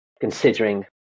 considering